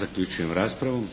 **Šeks, Vladimir